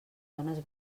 zones